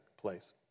place